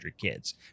kids